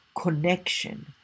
connection